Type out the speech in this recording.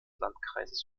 landkreises